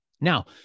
Now